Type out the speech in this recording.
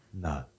no